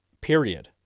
period